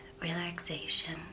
relaxation